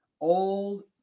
old